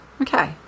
okay